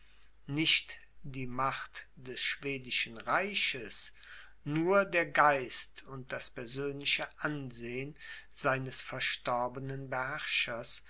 nicht die macht des schwedischen reiches nur der geist und das persönliche ansehen seines verstorbenen beherrschers